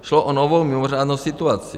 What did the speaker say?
Šlo o novou mimořádnou situaci.